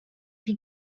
chi